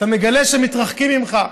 אתה מגלה שמתרחקים ממך,